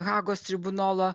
hagos tribunolo